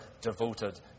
devoted